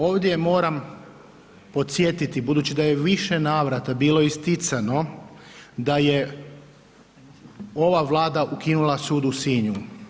Ovdje moram podsjetiti budući da je u više navrata bilo isticano da je ova Vlada ukinula sud u Sinju.